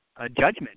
judgment